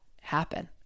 happen